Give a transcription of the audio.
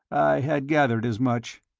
i had gathered as much.